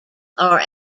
are